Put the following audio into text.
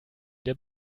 der